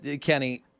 Kenny